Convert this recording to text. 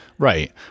Right